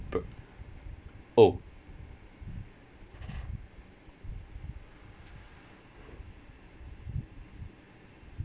oh